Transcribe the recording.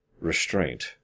restraint